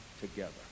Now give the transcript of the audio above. together